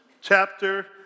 chapter